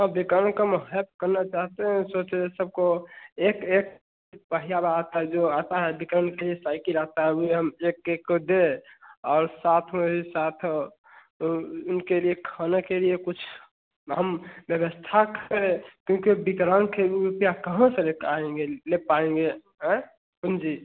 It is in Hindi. हाँ विकलांग का हम हेल्प करना चाहते हैं और सोच रहें सबको एक एक पहिया वात है जो आता है विकलांग की साइकिल आती है वही हम एक एक को दें और साथ में ही साथ इनके लिए खाना के लिए कुछ हम व्यवस्था करें क्योंकि विकलांग थे ऊ रूपया कहाँ से लेकर आएँगे ले पाएँगे आएँ हाँ जी